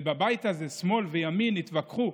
ובבית הזה שמאל וימין התווכחו